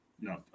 no